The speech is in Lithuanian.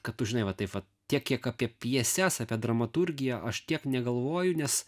kad tu žinai va taip vat tiek kiek apie pjeses apie dramaturgiją aš tiek negalvoju nes